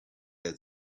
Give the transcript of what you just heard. had